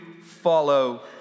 follow